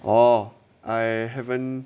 orh I haven't